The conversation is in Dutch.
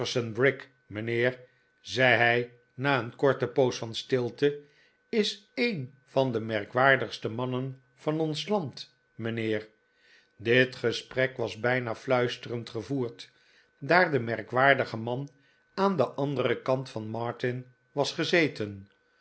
mijnheer zei hij na een korte poos van stilte is een van de merkwaardigste mannen van ons land mijnheer dit gesprek was bijna fluisterend gevoerd daar de merkwaardige man aan den anderen kant van martin was gezeten